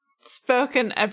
spoken